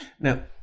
now